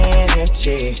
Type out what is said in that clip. energy